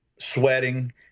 sweating